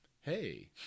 hey